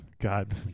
God